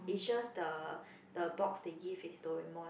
it just the the box they give is Doraemon